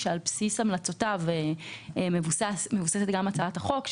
שעל בסיס המלצותיו מבוססת גם הצעת החוק.